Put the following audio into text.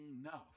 enough